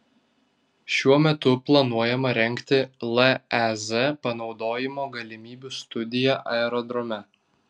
šiuo metu planuojama rengti lez panaudojimo galimybių studija aerodrome